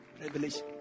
revelation